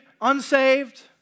unsaved